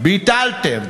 ביטלתם,